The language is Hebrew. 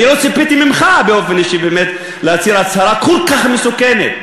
אני לא ציפיתי ממך באופן אישי באמת להצהיר הצהרה כל כך מסוכנת,